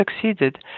succeeded